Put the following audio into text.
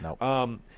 No